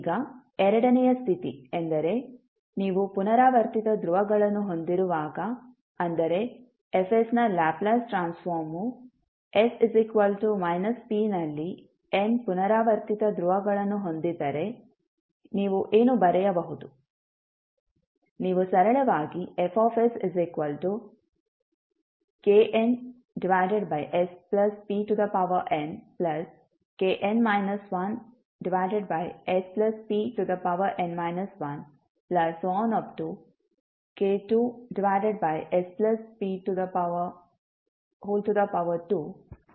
ಈಗ ಎರಡನೆಯ ಸ್ಥಿತಿ ಎಂದರೆ ನೀವು ಪುನರಾವರ್ತಿತ ಧ್ರುವಗಳನ್ನು ಹೊಂದಿರುವಾಗ ಅಂದರೆ F ನ ಲ್ಯಾಪ್ಲೇಸ್ ಟ್ರಾನ್ಸ್ಫಾರ್ಮ್ವು s −p ನಲ್ಲಿ n ಪುನರಾವರ್ತಿತ ಧ್ರುವಗಳನ್ನು ಹೊಂದಿದ್ದರೆ ನೀವು ಏನು ಬರೆಯಬಹುದು ನೀವು ಸರಳವಾಗಿ Fsknspn kn 1spn 1k2sp2k1sp1F1s ಎಂದು ಬರೆಯಬಹುದು